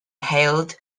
hailed